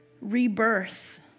rebirth